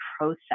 process